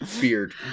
Beard